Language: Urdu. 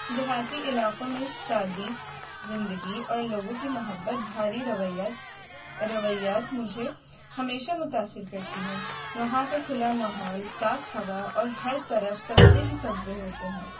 دیہاتی علاقوں میں سادی زندگی اور لوگوں کی محبت بھاری روایات روایات مجھے ہمیشہ متاثر کرتی ہیں وہاں کا کھلا ماحول صاف ہوا اور ہر طرف سبزے ہی سبزے ہوتے ہیں